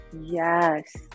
yes